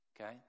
Okay